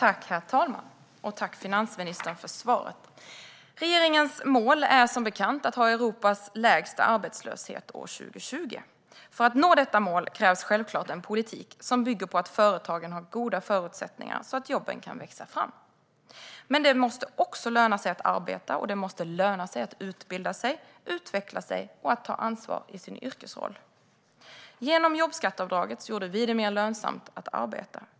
Herr talman! Tack, finansministern, för svaret! Regeringens mål är som bekant att ha Europas lägsta arbetslöshet år 2020. För att nå detta mål krävs självklart en politik som bygger på att företagen har goda förutsättningar så att jobben kan växa fram. Men det måste också löna sig att arbeta, och det måste löna sig att utbilda sig, att utveckla sig och att ta ansvar i sin yrkesroll. Genom jobbskatteavdraget gjorde vi det mer lönsamt att arbeta.